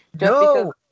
No